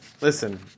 listen